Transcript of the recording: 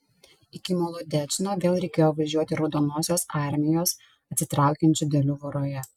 iki molodečno vėl reikėjo važiuoti raudonosios armijos atsitraukiančių dalių voroje